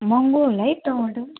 महँगो होला है टमाटर